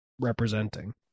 representing